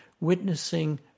witnessing